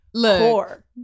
core